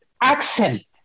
accent